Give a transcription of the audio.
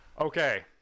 Okay